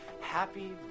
happy